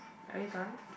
are you done